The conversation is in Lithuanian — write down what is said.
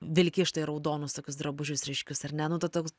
vilki štai raudonus tokius drabužius ryškius ar ne nu tu toks